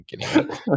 kidding